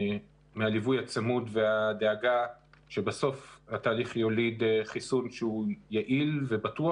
מהליווי הצמוד והדאגה שבסוף התהליך יוליד חיסון שהוא יעיל ובטוח,